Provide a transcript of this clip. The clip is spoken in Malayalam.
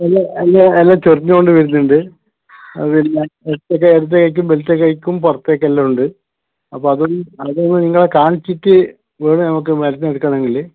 എല്ലാം അല്ല എല്ലാം ചൊറിഞ്ഞു കൊണ്ട് വരുന്നുണ്ട് അപ്പോൾ എനിക്ക് ഞാൻ ഇടത്തേ കൈ ഇടത്തേ കൈക്കും വലത്തേ കൈക്കും പുറത്തേക്കെല്ലാം ഉണ്ട് അപ്പോൾ അതും അതൊന്ന് നിങ്ങളെ കാണിച്ചിട്ട് വേണം നമ്മൾക്ക് മരുന്നെടുക്കണമെങ്കി